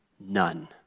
None